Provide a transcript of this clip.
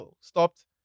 stopped